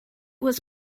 was